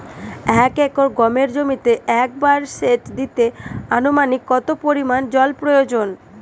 এক একর গমের জমিতে একবার শেচ দিতে অনুমানিক কত পরিমান জল প্রয়োজন?